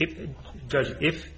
if if